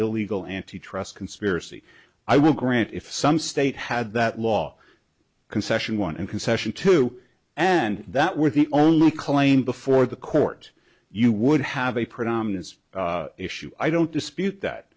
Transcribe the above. illegal antitrust conspiracy i will grant if some state had that law concession one and concession two and that were the only claim before the court you would have a predominant issue i don't dispute that